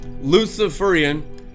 Luciferian